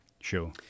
Sure